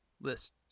list